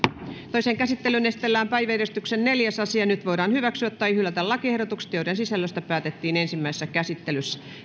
toiseen käsittelyyn esitellään päiväjärjestyksen neljäs asia nyt voidaan hyväksyä tai hylätä lakiehdotukset joiden sisällöstä päätettiin ensimmäisessä käsittelyssä